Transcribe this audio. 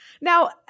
Now